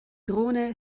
drohne